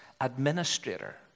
administrator